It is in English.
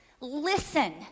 listen